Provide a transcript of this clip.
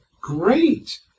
great